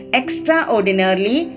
extraordinarily